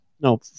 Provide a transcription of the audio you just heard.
No